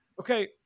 okay